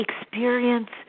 experience